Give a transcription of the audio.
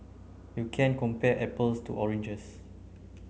you can't compare apples to oranges